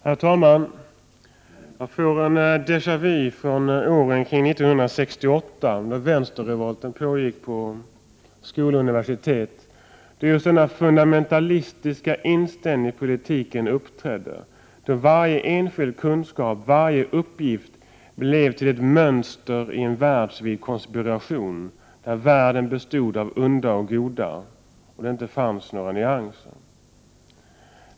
Herr talman! Jag får en déja vu från åren kring 1968 när vänsterrevolten pågick i skolor och på universitet. Det var då så fundamentalistiska inställningar i politiken uppträdde. Varje enskild kunskap och varje uppgift blev till ett mönster i en världsvid konspiration, där världen bestod av onda och goda och det inte fanns några nyanser.